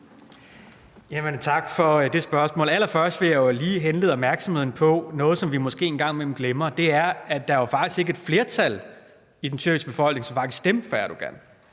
Tak for spørgsmålet. Allerførst vil jeg jo lige henlede opmærksomheden på noget, som vi måske en gang imellem glemmer, og det er, at der faktisk ikke var et flertal i den tyrkiske befolkning, som stemte for Erdogan.